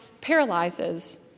paralyzes